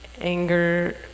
anger